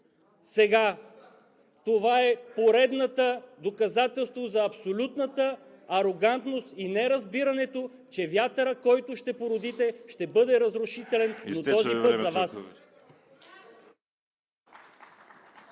сега, това е поредното доказателство за абсолютната арогантност и неразбирането, че вятърът, който ще породите, ще бъде разрушителен, но този път за Вас.